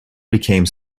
became